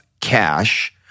cash